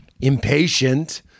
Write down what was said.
impatient